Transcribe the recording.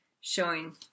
showing